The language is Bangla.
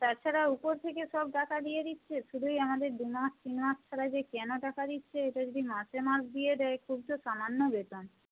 তাছাড়া উপর থেকে সব টাকা দিয়ে দিচ্ছে শুধুই আমাদের দুমাস তিন মাস ছাড়া যে কেন টাকা দিচ্ছে এটা যদি মাসে মাস দিয়ে দেয় খুব তো সামান্য বেতন